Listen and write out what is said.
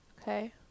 Okay